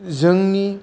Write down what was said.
जोंनि